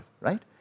right